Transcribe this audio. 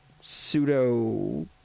pseudo